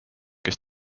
kes